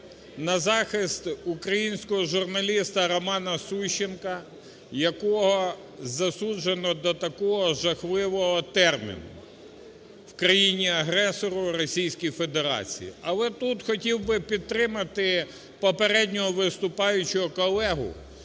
на захист українського журналіста Романа Сущенка, якого засуджено до такого жахливого терміну в країні-агресорі Російській Федерації. Але тут хотів би підтримати попереднього виступаючого колегу.